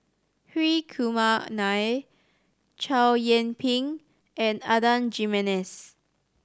Hri Kumar Nair Chow Yian Ping and Adan Jimenez